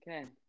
Okay